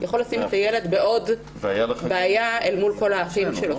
יכול לשים את הילד בעוד בעיה אל מול כל האחים שלו.